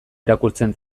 irakurtzen